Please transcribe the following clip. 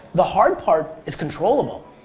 the hard part is controllable.